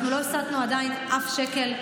אנחנו עדיין לא הסטנו אף שקל.